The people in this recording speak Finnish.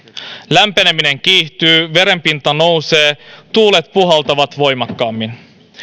lämpeneminen kiihtyy merenpinta nousee tuulet puhaltavat voimakkaammin